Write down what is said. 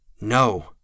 No